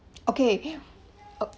okay